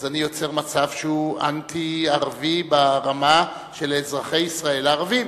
אז אני יוצר מצב שהוא אנטי-ערבי ברמה של אזרחי ישראל הערבים.